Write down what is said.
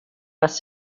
was